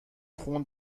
خون